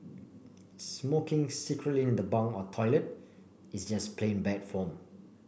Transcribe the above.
smoking secretly in the bunk or toilet is just plain bad form